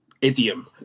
idiom